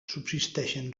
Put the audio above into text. subsisteixen